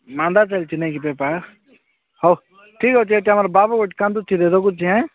ମାନ୍ଦା ଚାଲିଛି ନାଇଁ କି ବେପାର୍ ହଉ ଠିକ୍ ଅଛି ଏଇଟା ଆମର ବାବୁ ଗୋଟେ କାନ୍ଦୁଛି ରେ ରଖୁଛି ହେଁ